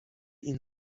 این